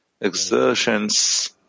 exertions